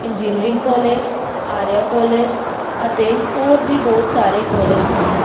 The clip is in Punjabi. ਇੰਜੀਨੀਅਰਿੰਗ ਕੋਲਜ ਆਰਿਆ ਕੋਲਜ ਅਤੇ ਹੋਰ ਵੀ ਬਹੁਤ ਸਾਰੇ ਕੋਲਜ ਹਨ